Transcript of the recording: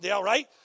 right